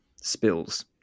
spills